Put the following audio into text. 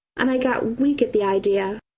and i get weak at the idea.